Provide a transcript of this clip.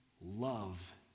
love